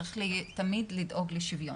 צריך תמיד לדאוג לשוויון.